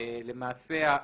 למעשה,